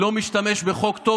הוא לא משתמש בחוק טוב,